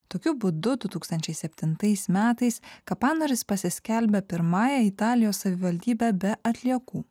tokiu būdu du tūkstančiai septintais metais kapanoris pasiskelbė pirmąja italijos savivaldybe be atliekų